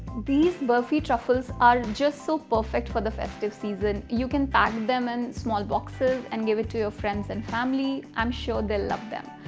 these burfi truffles are just so perfect for the festive season. you can bag them in small boxes and give it to your friends and family. i'm sure they'll love them.